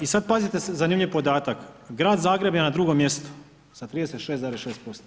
I sad pazite zanimljiv podatak, grad Zagreb je na drugom mjestu sa 36,6%